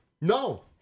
no